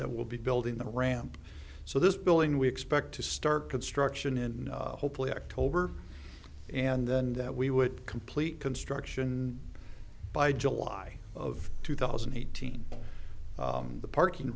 that we'll be building the ramp so this building we expect to start construction in hopefully october and then that we would complete construction by july of two thousand and eighteen the parking